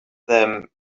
them